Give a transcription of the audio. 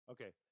Okay